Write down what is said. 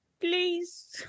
please